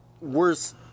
worse